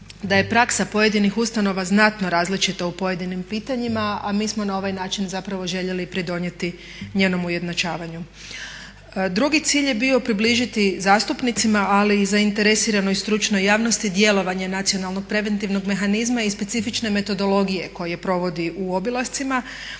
da je praksa pojedinih ustanova znatno različita u pojedinim pitanjima, a mi smo na ovaj način zapravo željeli pridonijeti njenom ujednačavanju. Drugi cilj je bio približiti zastupnicima, ali i zainteresiranoj stručnoj javnosti djelovanje nacionalnog preventivnog mehanizma i specifične metodologije koje provodi u obilascima,